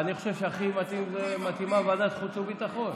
אני חושב שהכי מתאימה ועדת החוץ והביטחון,